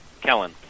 Kellen